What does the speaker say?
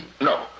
No